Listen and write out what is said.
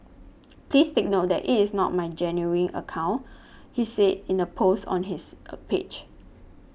please take note that it is not my genuine account he said in a post on his a page